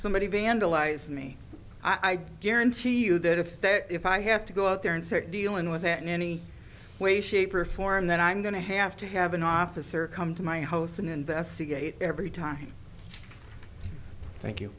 somebody vandalized me i guarantee you that if that if i have to go out there and sick dealing with it in any way shape or form then i'm going to have to have an officer come to my host and investigate every time thank you